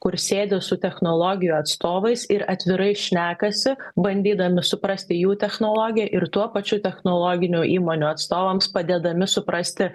kur sėdi su technologijų atstovais ir atvirai šnekasi bandydami suprasti jų technologiją ir tuo pačiu technologinių įmonių atstovams padedami suprasti